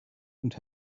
und